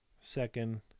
Second